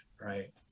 right